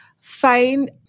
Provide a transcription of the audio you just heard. find